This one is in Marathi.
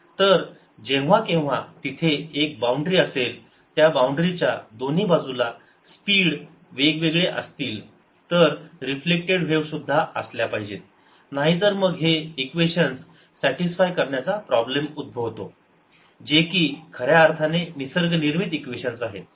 तर जेव्हा केव्हा तिथे एक बाउंड्री असेल त्या बाउंड्री च्या दोन्ही बाजूला स्पीड वेगवेगळे असतील तर तिथे रिफ्लेक्टेड व्हेव सुद्धा असल्या पाहिजेत नाहीतर मग हे इक्वेशन्स सॅटिस्फाय करण्याचा प्रॉब्लेम उद्भवतो जे की खऱ्या अर्थाने निसर्गनिर्मित इक्वेशन्स आहेत